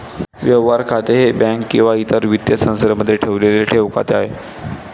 व्यवहार खाते हे बँक किंवा इतर वित्तीय संस्थेमध्ये ठेवलेले ठेव खाते आहे